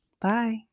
Bye